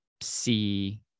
see